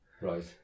Right